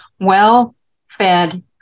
well-fed